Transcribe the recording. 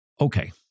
okay